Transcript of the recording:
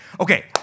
Okay